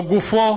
בגופו